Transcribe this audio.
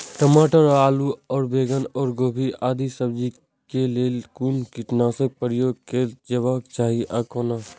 टमाटर और आलू और बैंगन और गोभी आदि सब्जी केय लेल कुन कीटनाशक प्रयोग कैल जेबाक चाहि आ कोना?